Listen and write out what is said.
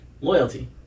loyalty